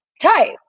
type